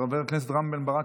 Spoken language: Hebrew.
חבר הכנסת רם בן ברק,